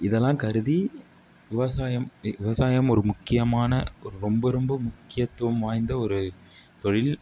இதெல்லாம் கருதி விவசாயம் விவசாயம் ஒரு முக்கியமான ரொம்ப ரொம்ப முக்கியத்துவம் வாய்ந்த ஒரு தொழில்